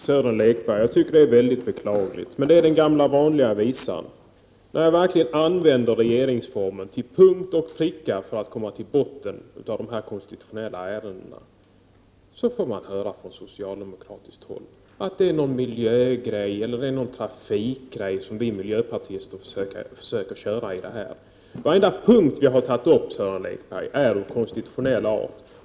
Fru talman! Jag tycker att det är väldigt beklagligt, Sören Lekberg, men det är den gamla vanliga visan. När man verkligen använder regeringsformen till punkt och pricka för att komma till botten i de här konstitutionella ärendena, så får man höra från socialdemokratiskt håll att det är någon miljögrej eller någon trafikgrej som vi miljöpartister försöker ta upp i det här sammanhanget. Varenda punkt vi har tagit upp, Sören Lekberg, är av konstitutionell art.